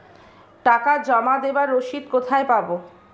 টাকা জমা দেবার রসিদ কোথায় পাব?